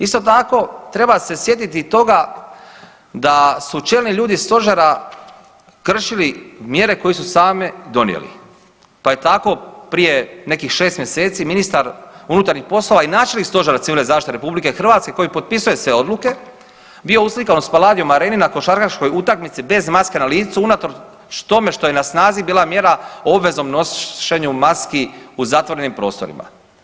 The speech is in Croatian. Isto tako, treba se sjetiti i toga da su čelni ljudi Stožera kršili mjere koje su sami donijeli pa je tako prije nekih 6 mjeseci ministar unutarnjih poslova i načelnik Stožera civilne zaštite RH koji potpisuje sve odluke, bio uslikan u Spaladium areni na košarkaškoj utakmici bez maske na licu unatoč tome što je na snazi bila mjera o obveznom nošenju maski u zatvorenim prostorima.